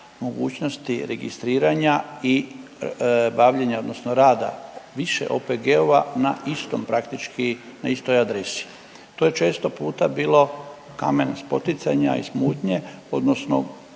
mogućnosti registriranja i bavljenja odnosno rada više OPG-ova na istom praktički na istoj adresi. To je često puta bilo kamen spoticanja i smutnje odnosno